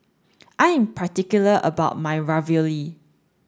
I am particular about my Ravioli